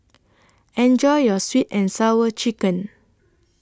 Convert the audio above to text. Enjoy your Sweet and Sour Chicken